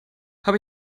habe